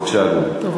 בבקשה, אדוני.